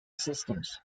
systems